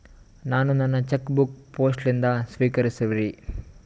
ನಾನು ನನ್ನ cheque book post ಲಿಂದ ಸ್ವೀಕರಿಸಿವ್ರಿ